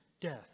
death